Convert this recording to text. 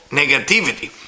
negativity